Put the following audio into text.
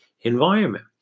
environment